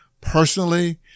Personally